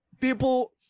People